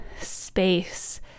space